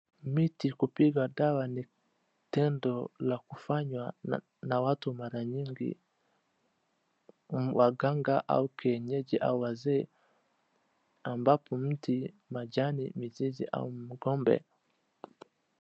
Miti kupigwa dawa ni tendo la kufanywa na watu mara nyingi. Waganga au kienyeji au wazee, ambapo mti majani, mizizi au mgombe...